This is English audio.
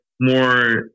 more